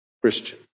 Christian